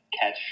catch